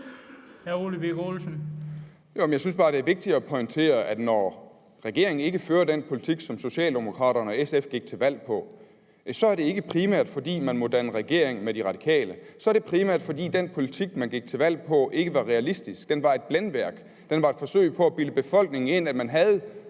synes bare, det er vigtigt at pointere, at når regeringen ikke fører den politik, som Socialdemokraterne og SF gik til valg på, så er det ikke primært, fordi man må danne regering med De Radikale, men primært fordi den politik, man gik til valg på, ikke var realistisk. Den var et blændværk. Den var et forsøg på at bilde befolkningen ind, at man havde